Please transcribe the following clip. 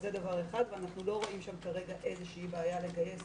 זה דבר ראשון שכרגע אנחנו לא רואים בו איזושהי בעיה לגייס